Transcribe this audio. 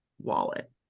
wallet